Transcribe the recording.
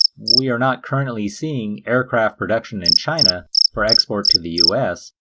we are not currently seeing aircraft production in china for export to the us,